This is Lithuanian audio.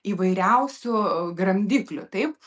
įvairiausių gramdiklių taip